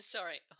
Sorry